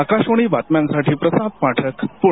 आकाशवाणी बातम्यांसाठी प्रसाद पाठक पुणे